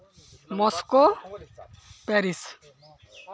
Moscow Paris